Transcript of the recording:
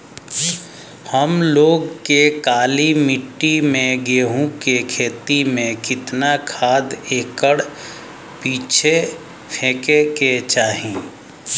हम लोग के काली मिट्टी में गेहूँ के खेती में कितना खाद एकड़ पीछे फेके के चाही?